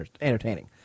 entertaining